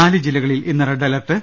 നാലു ജില്ലകളിൽ ഇന്ന് റെഡ് അലർട്ട്